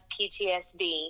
PTSD